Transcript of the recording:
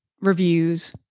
reviews